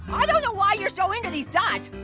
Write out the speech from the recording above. i don't know why you're so into these dots.